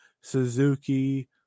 Suzuki